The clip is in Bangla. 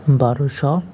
বারোশো